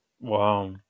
Wow